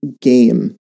game